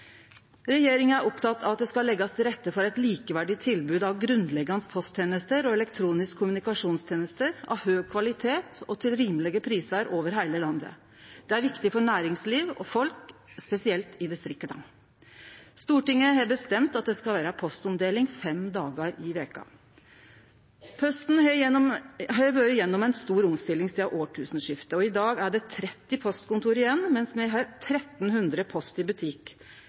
Regjeringa er oppteken av at det skal leggjast til rette for eit likeverdig tilbod av grunnleggjande posttenester og elektroniske kommunikasjonstenester av høg kvalitet og til rimelege prisar over heile landet. Det er viktig for næringsliv og folk, spesielt i distrikta. Stortinget har bestemt at det skal vere postomdeling fem dagar i veka. Posten har vore gjennom ei stor omstilling sidan tusenårsskiftet. I dag er det 30 postkontor igjen, mens me har 1 300 Post i Butikk.